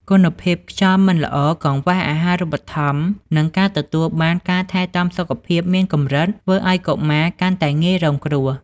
គុណភាពខ្យល់មិនល្អ កង្វះអាហារូបត្ថម្ភ និងការទទួលបានការថែទាំសុខភាពមានកម្រិត ធ្វើឱ្យកុមារកាន់តែងាយរងគ្រោះ។